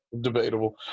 Debatable